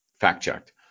fact-checked